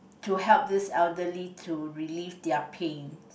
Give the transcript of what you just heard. to help these elderly to relieve their pain